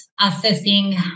assessing